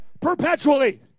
perpetually